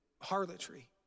harlotry